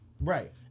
right